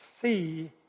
see